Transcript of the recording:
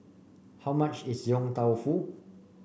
how much is Yong Tau Foo